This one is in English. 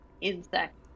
insect